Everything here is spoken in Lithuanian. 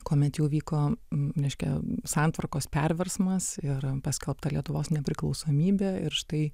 kuomet jau vyko reiškia santvarkos perversmas ir paskelbta lietuvos nepriklausomybė ir štai